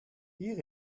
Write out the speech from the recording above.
hier